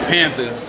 Panther